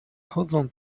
chodzą